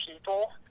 people